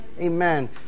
Amen